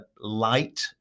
light